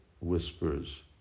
whispers